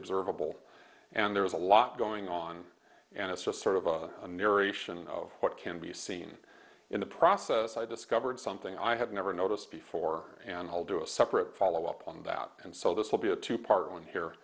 observable and there is a lot going on and it's just sort of a narration of what can be seen in the process i discovered something i had never noticed before and i'll do a separate follow up on that and so this will be a two part one here